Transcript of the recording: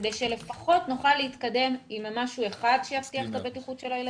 כדי שלפחות נוכל להתקדם עם משהו אחד שיבטיח את הבטיחות של הילדים?